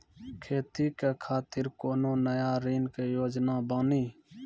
खेती के खातिर कोनो नया ऋण के योजना बानी?